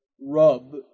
rub